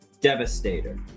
Devastator